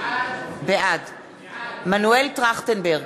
בעד מנואל טרכטנברג,